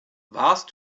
warst